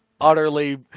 utterly